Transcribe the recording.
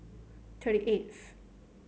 thirty eighth